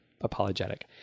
apologetic